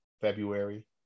February